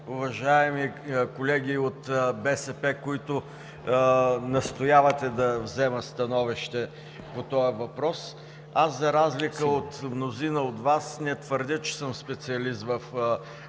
уважаеми колеги от БСП, които настоявате да взема становище по този въпрос! Аз, за разлика от мнозина от Вас, не твърдя, че съм специалист в материята